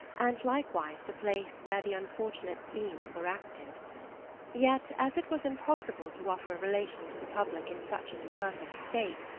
and likewise the place where the unfortunate scenes were acted yet as it was impossible to offer a relation to the public in such an imperfect state,